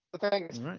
Thanks